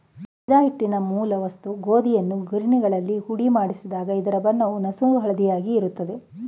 ಮೈದಾ ಹಿಟ್ಟಿನ ಮೂಲ ವಸ್ತು ಗೋಧಿಯನ್ನು ಗಿರಣಿಗಳಲ್ಲಿ ಹುಡಿಮಾಡಿಸಿದಾಗ ಇದರ ಬಣ್ಣವು ನಸುಹಳದಿಯಾಗಿ ಇರ್ತದೆ